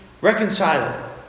reconciled